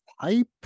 pipe